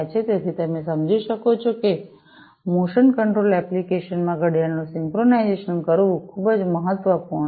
તેથી જેમ તમે સમજી શકો છો કે મોશન કંટ્રોલ એપ્લિકેશનમાં ઘડિયાળનું સિંક્રનાઇઝેશન કરવું ખૂબ જ મહત્વપૂર્ણ છે